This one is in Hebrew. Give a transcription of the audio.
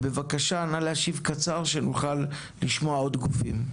בבקשה נא להשיב קצר שנוכל לשמוע עוד גופים.